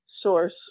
source